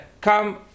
come